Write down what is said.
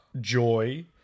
joy